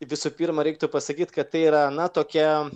visų pirma reiktų pasakyt kad tai yra na tokia